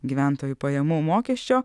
gyventojų pajamų mokesčio